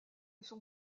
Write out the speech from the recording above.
son